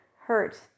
hurt